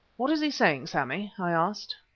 what is he saying, sammy? i asked.